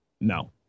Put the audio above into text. no